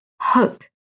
hope